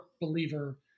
believer